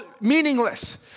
meaningless